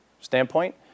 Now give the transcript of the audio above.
standpoint